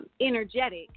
energetic